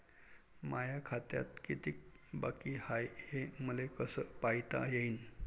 माया खात्यात कितीक बाकी हाय, हे मले कस पायता येईन?